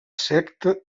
secta